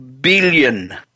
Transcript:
billion